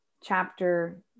chapter